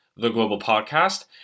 TheGlobalPodcast